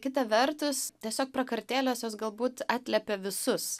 kita vertus tiesiog prakartėlės jos galbūt atliepia visus